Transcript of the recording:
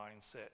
mindset